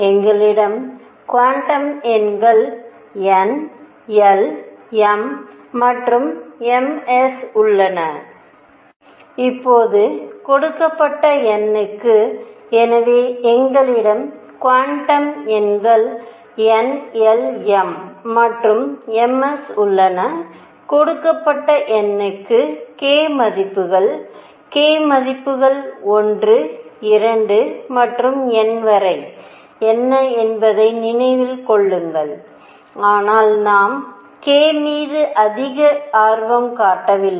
எங்களிடம் குவாண்டம் எண்கள் n l m மற்றும் ms உள்ளன இப்போது கொடுக்கப்பட்ட n க்கு எனவே எங்களிடம் குவாண்டம் எண்கள் nlm மற்றும் ms உள்ளன கொடுக்கப்பட்ட n க்கு k மதிப்புகள் k மதிப்புகள் 1 2 மற்றும் n வரை என்ன என்பதை நினைவில் கொள்ளுங்கள் ஆனால் நாம் k மீது அதிக ஆர்வம் காட்டவில்லை